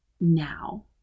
now